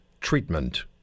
treatment